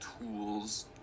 tools